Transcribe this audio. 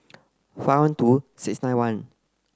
five one two six nine one